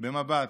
במבט.